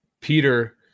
Peter